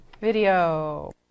video